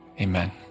Amen